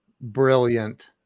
Brilliant